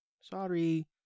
Sorry